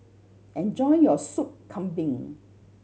enjoy your Sop Kambing